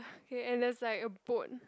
okay and there's like a boat